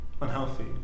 unhealthy